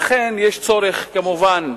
לכן יש צורך, כמובן,